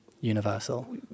universal